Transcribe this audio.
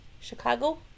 Chicago